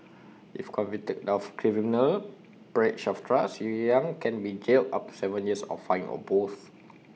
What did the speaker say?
if convicted of criminal breach of trust yang can be jailed up to Seven years or fined or both